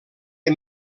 les